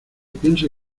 piense